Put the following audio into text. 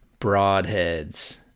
broadheads